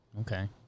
Okay